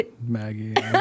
Maggie